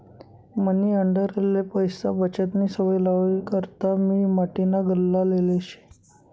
मनी आंडेरले पैसा बचतनी सवय लावावी करता मी माटीना गल्ला लेयेल शे